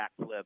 backflip